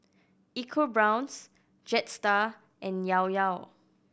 EcoBrown's Jetstar and Llao Llao